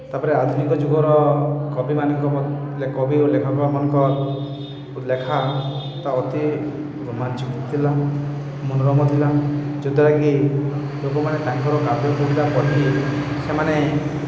ତା'ପରେ ଆଧୁନିକ ଯୁଗର କବିମାନଙ୍କ କବି ଓ ଲେଖକମାନ୍କର୍ ଲେଖାଟା ଅତି ରୋମାଞ୍ଚକ ଥିଲା ମନୋରମ ଥିଲା ଯଦ୍ୱାରାକିି ଲୋକମାନେ ତାଙ୍କର କାବ୍ୟ କବିତା ପଢ଼ି ସେମାନେ